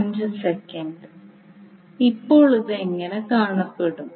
അപ്പോൾ ഇത് എങ്ങനെ കാണപ്പെടും